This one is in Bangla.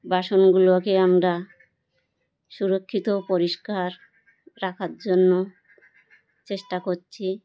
বাসনগুলোকে আমরা সুরক্ষিত পরিষ্কার রাখার জন্য চেষ্টা করছি